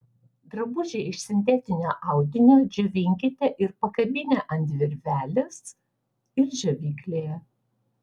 drabužį iš sintetinio audinio džiovinkite ir pakabinę ant virvelės ir džiovyklėje